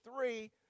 three